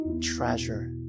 treasure